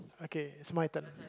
okay it's my turn